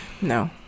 No